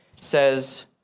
says